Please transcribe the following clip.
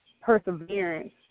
perseverance